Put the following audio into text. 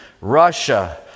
Russia